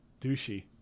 douchey